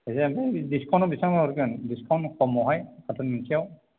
फैसायानोलै डिसकाउन्टआव बेसेबां हरगोन डिसकाउन्ट खमावहाय कार्टन मोनसेयाव